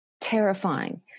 terrifying